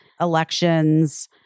elections